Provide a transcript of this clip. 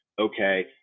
okay